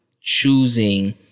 Choosing